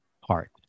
heart